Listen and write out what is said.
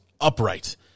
upright